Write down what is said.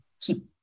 keep